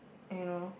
you know